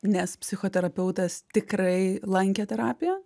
nes psichoterapeutas tikrai lankė terapiją